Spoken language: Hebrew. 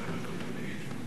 לא נמצאת,